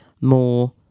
more